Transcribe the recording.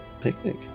picnic